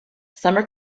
summer